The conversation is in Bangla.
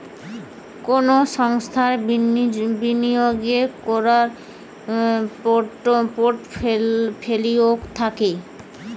কুনো সংস্থার বিনিয়োগ কোরার পোর্টফোলিও থাকে